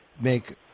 make